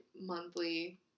monthly